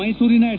ಮೈಸೂರಿನ ಎಚ್